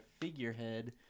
figurehead